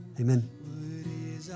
Amen